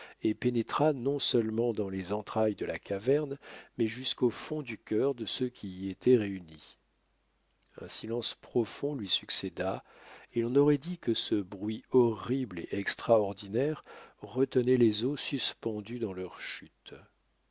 et pénétra non seulement dans les entrailles de la caverne mais jusqu'au fond du cœur de ceux qui y étaient réunis un silence profond lui succéda et l'on aurait dit que ce bruit horrible et extraordinaire retenait les eaux suspendues dans leur chute